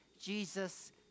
Jesus